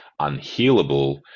unhealable